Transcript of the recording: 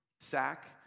sack